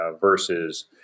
versus